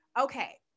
Okay